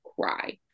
cry